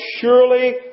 surely